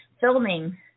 filming